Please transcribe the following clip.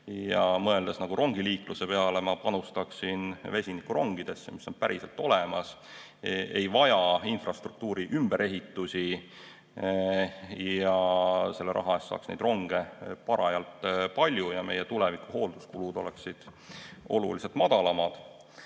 Mõeldes rongiliikluse peale, ma panustaksin vesinikurongidesse, mis on päriselt olemas, ei vaja infrastruktuuri ümberehitust, selle raha eest saaks neid ronge parajalt palju ja tulevikus oleksid hoolduskulud oluliselt madalamad.